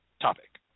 topic